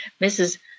Mrs